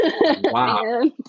Wow